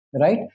right